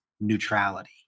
neutrality